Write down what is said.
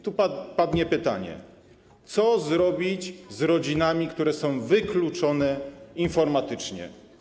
Tu padnie pytanie: Co zrobić z rodzinami, które są wykluczone informatycznie?